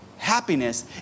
happiness